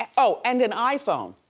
and oh, and an iphone.